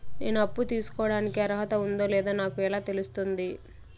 నేను అప్పు తీసుకోడానికి అర్హత ఉందో లేదో నాకు ఎలా తెలుస్తుంది?